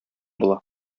була